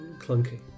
clunky